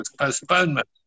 postponement